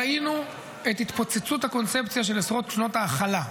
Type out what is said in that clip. ראינו את התפוצצות הקונספציה של עשרות שנות ההכלה.